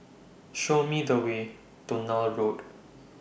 Show Me The Way to Neil Road